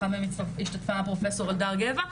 באחד מהן השתתפה הפרופ' אלדר גבע,